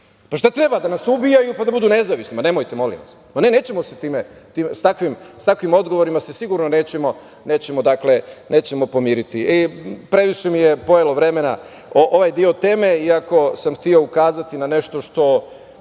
pa šta treba da nas ubijaju pa da budu nezavisni. Molim vas, nemojte, nećemo se sa takvim odgovorima sigurno pomiriti. Previše mi je oduzelo vremena ovaj deo teme, iako sam hteo ukazati na nešto što